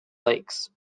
lakes